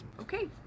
Okay